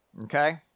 Okay